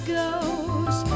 goes